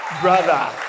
brother